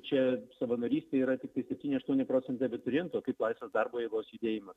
čia savanorystė yra tik septyni aštuoni procentai abiturientų kaip laisvas darbo jėgos judėjimas